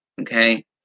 okay